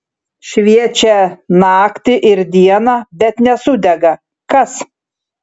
šviečią naktį ir dieną bet nesudega kas